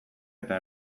eta